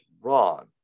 wrong